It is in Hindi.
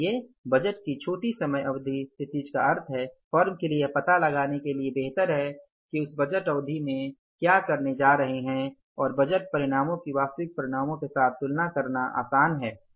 इसलिए बजट की छोटी समय अवधि क्षितिज का अर्थ है कि फर्म के लिए यह पता लगाने के लिए बेहतर है कि वे उस बजट अवधि में क्या करने जा रहे हैं और बजट परिणामों की वास्तविक परिणामों के साथ तुलना करना आसान है